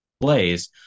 plays